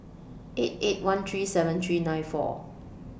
eight eight one three seven three nine four